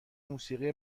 موسیقی